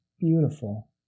beautiful